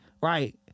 Right